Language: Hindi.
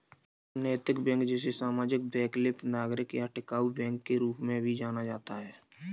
एक नैतिक बैंक जिसे सामाजिक वैकल्पिक नागरिक या टिकाऊ बैंक के रूप में भी जाना जाता है